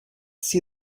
see